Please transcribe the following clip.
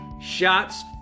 Shots